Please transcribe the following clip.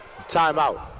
Timeout